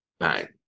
right